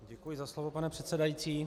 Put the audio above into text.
Děkuji za slovo, pane předsedající.